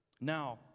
Now